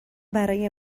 برای